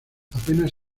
apenas